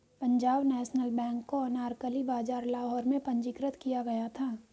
Punjab national bank को अनारकली बाजार लाहौर में पंजीकृत किया गया था